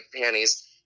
panties